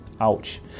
ouch